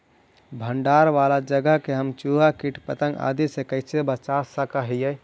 भंडार वाला जगह के हम चुहा, किट पतंग, आदि से कैसे बचा सक हिय?